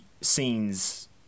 scenes